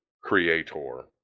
creator